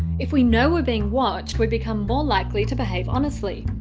if we know we're being watched, we become more likely to behave honestly.